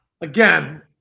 again